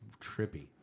trippy